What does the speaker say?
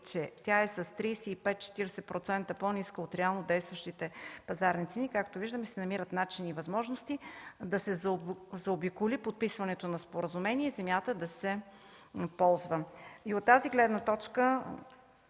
че тя е с 35-40% по-ниска от реално действащите пазарни цени, както виждаме, се намират начини и възможности да се заобиколи подписването на споразумение и земята да се ползва. И от тази гледна точка,